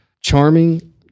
charming